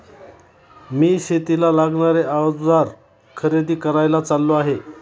मी शेतीला लागणारे अवजार खरेदी करायला चाललो आहे